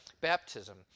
baptism